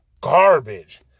garbage